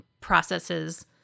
processes